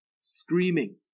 screaming